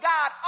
God